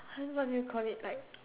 how what do you call it like